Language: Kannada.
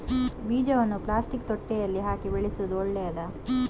ಬೀಜವನ್ನು ಪ್ಲಾಸ್ಟಿಕ್ ತೊಟ್ಟೆಯಲ್ಲಿ ಹಾಕಿ ಬೆಳೆಸುವುದು ಒಳ್ಳೆಯದಾ?